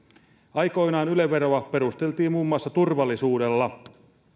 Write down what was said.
aikoinaan yle veroa perusteltiin muun muassa turvallisuudella